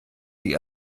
sie